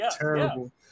terrible